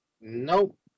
Nope